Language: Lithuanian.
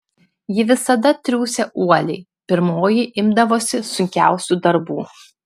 ji visada triūsė uoliai pirmoji imdavosi sunkiausių darbų